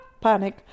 panic